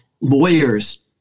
lawyers